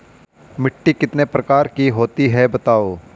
मिट्टी कितने प्रकार की होती हैं बताओ?